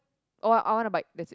or I I want a bike that's it